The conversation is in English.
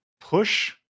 push